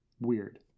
weird